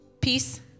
peace